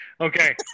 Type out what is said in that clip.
Okay